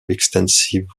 extensive